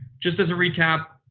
just as a recap,